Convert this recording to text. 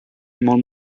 molt